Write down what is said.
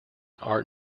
art